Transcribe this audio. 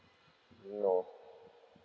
no